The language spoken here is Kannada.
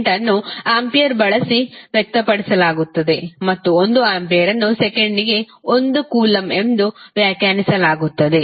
ಕರೆಂಟ್ ಅನ್ನು ಆಂಪಿಯರ್ ಬಳಸಿ ವ್ಯಕ್ತಪಡಿಸಲಾಗುತ್ತದೆ ಮತ್ತು 1 ಆಂಪಿಯರ್ ಅನ್ನು ಸೆಕೆಂಡಿಗೆ 1 ಕೂಲಂಬ್ ಎಂದು ವ್ಯಾಖ್ಯಾನಿಸಲಾಗುತ್ತದೆ